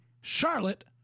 Charlotte